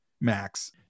Max